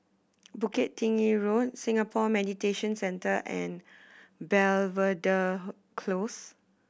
Bukit Tinggi Road Singapore Mediation Centre and Belvedere Close